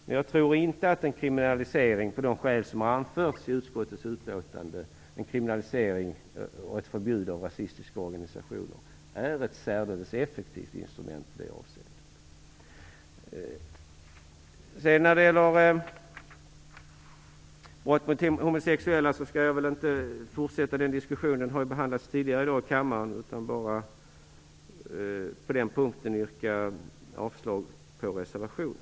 Men jag tror inte att en kriminalisering och ett förbud av rasistiska organisationer på de grunder som har anförts i utskottets utlåtande är ett särdeles effektivt instrument i det avseendet. Jag skall inte fortsätta diskussionen om brott mot homosexuella. Frågan har ju behandlats tidigare i dag i kammaren. Jag skall på den punkten bara yrka avslag på reservationen.